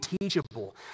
teachable